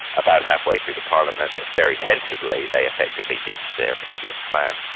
about halfway through the parliament very sensibly they effectively ditched their previous plan.